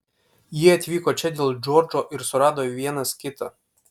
jie atvyko čia dėl džordžo ir surado vienas kitą